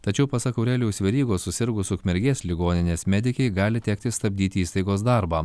tačiau pasak aurelijaus verygos susirgus ukmergės ligoninės medikei gali tekti stabdyti įstaigos darbą